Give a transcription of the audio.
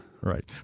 right